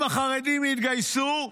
אם החרדים יתגייסו,